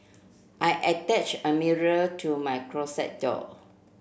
I attach a mirror to my closet door